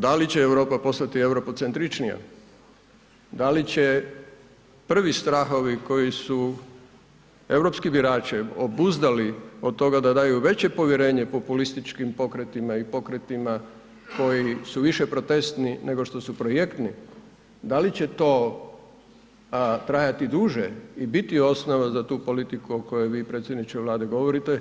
Da li će Europa postati europocentričnija, da li će prvi strahovi koji su europske birači obuzdali od toga da daju veće povjerenje populističkim pokretima i pokretima koji su više protestni nego što su projektni, da li će trajati duže i biti osnova za tu politiku o kojoj vi predsjedniče Vlade govorite